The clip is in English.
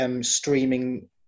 streaming